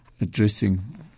addressing